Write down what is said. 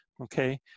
okay